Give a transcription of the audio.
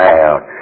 out